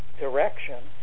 Direction